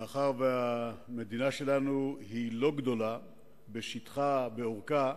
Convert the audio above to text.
מאחר שהמדינה שלנו לא גדולה בשטחה, באורכה,